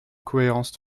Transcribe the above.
cohérence